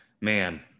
Man